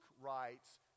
writes